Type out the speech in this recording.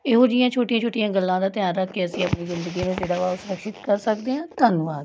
ਇਹੋ ਜਿਹੀਆਂ ਛੋਟੀਆਂ ਛੋਟੀਆਂ ਗੱਲਾਂ ਦਾ ਧਿਆਨ ਰੱਖ ਕੇ ਅਸੀਂ ਆਪਣੀ ਜ਼ਿੰਦਗੀ ਨੂੰ ਜਿਹੜਾ ਵਾ ਉਹ ਸੁਰੱਖਸ਼ਿਤ ਕਰ ਸਕਦੇ ਹਾਂ ਧੰਨਵਾਦ